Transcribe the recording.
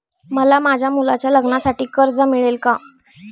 मला माझ्या मुलाच्या लग्नासाठी कर्ज मिळेल का?